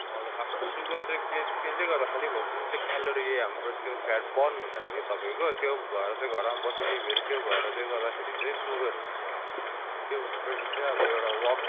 हजुर खासमा सुगर चाहिँ के त्यसले गर्दा खालि भएको छ जुन चाहिँ क्यालोरी हाम्रो त्यो फ्याट बन्द हुँदैन कि तपाईँको त्यो भएर चाहिँ घरमा बस्यो टिभी हेऱ्यो त्यो भएर चाहिँ गर्दाखेरि चाहिँ सुगर हुन्छ त्यो भन्दा बेटर चाहिँ अब एउटा वक